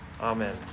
Amen